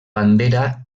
bandera